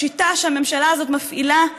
השיטה שהממשלה הזאת מפעילה,